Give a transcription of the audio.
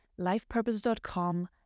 lifepurpose.com